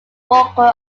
walker